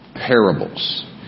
parables